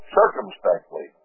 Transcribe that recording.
circumspectly